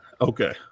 Okay